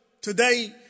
today